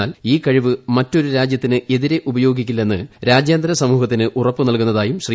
എന്നാൽ ഈ കഴിവ് മറ്റൊരു രാജ്യത്തിന് എതിരെ ഉപയോഗിക്കില്ലെന്ന് രാജ്യാന്തര സമൂഹത്തിന് ഉറപ്പ് നൽകുന്നതായും ശ്രീ